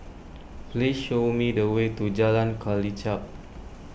please show me the way to Jalan Kelichap